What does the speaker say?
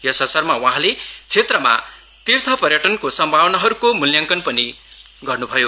यस अवसरमा वहाँले क्षेत्रमा तिर्थ पर्यटनको सम्भावनाहरूको मुल्याङकन पनि गर्नुभयो